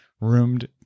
roomed